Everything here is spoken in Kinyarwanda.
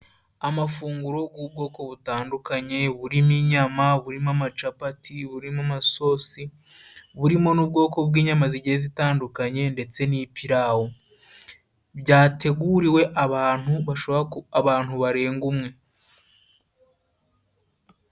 amafunguro g'ubwoko butandukanye burimo inyama, burimo amacapati, buririmo amasososi, burimo n'ubwoko bw'inyama zigiye zitandukanye ndetse n'ipirawu byateguriwe abantu barenga umwe.